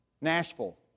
Nashville